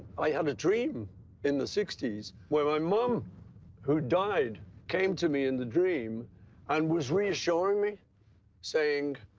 i had a dream in the sixty s where my mom who died came to me in the dream and was reassuring me saying,